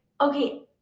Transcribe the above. okay